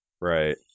Right